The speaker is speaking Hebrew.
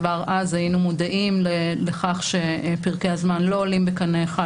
כבר אז היינו מודעים לכך שפרקי הזמן לא עולים בקנה אחד,